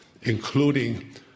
including